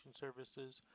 services